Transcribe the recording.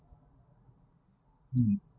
um